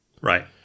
Right